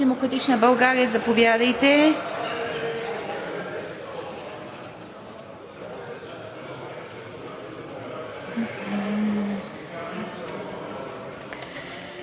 От „Демократична България“ – заповядайте.